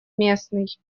местный